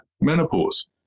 Menopause